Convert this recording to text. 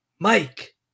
Mike